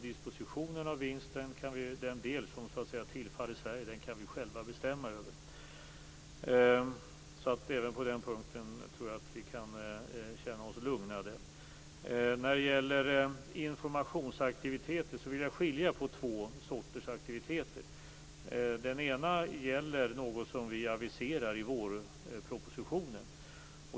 Dispositionen av vinsten, den del som så att säga tillfaller Sverige, kan vi alltså själva bestämma över. Även på den punkten tror jag att vi kan känna oss lugnade. När det gäller informationsaktiviteter vill jag skilja på två sorters aktiviteter. Den ena gäller något som vi aviserar i vårpropositionen.